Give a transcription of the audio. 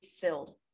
filled